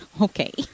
Okay